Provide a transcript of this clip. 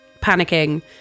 panicking